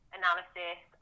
analysis